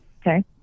okay